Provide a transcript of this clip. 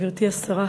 גברתי השרה,